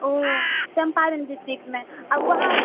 ओ चम्पारण डिस्ट्रिक्टमे आ वहाँ